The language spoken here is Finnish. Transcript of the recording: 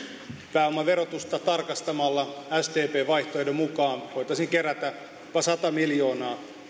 pääomaverotusta tarkastamalla sdpn vaihtoehdon mukaan voitaisiin kerätä jopa sata miljoonaa